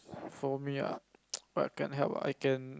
for me ah but I can help I can